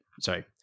Sorry